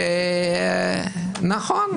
שנכון,